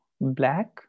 black